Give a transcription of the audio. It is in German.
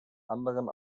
anderen